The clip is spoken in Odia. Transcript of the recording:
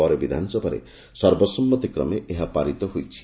ପରେ ବିଧାନସଭାରେ ସର୍ବସମ୍ମତି କ୍ମେ ଏହା ପାରିତ ହୋଇଥିଲା